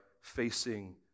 facing